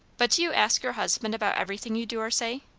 but do you ask your husband about everything you do or say?